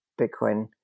Bitcoin